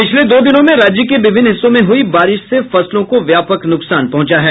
पिछले दो दिनों में राज्य के विभिन्न हिस्सों में हुयी बारिश से फसलों को व्यापक नुकसान पहुंचा है